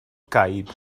gaib